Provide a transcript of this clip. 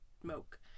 smoke